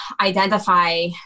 identify